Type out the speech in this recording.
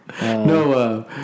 No